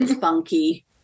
funky